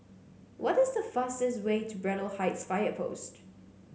what is the fastest way to Braddell Heights Fire Post